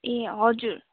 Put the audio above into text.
ए हजुर